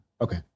Okay